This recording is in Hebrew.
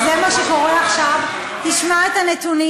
וזה מה שקורה עכשיו --- התוצאה הייתה --- תשמע את הנתונים.